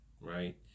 right